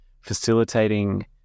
facilitating